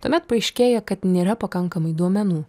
tuomet paaiškėja kad nėra pakankamai duomenų